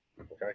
okay